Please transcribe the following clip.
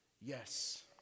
Yes